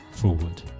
forward